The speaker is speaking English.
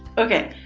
okay.